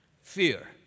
Fear